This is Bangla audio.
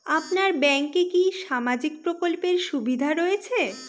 আপনার ব্যাংকে কি সামাজিক প্রকল্পের সুবিধা রয়েছে?